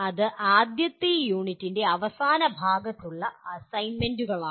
അത് ആദ്യത്തെ യൂണിറ്റിന്റെ അവസാന ഭാഗത്തുള്ള അസൈൻമെന്റുകളാണ്